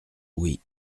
oui